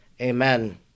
Amen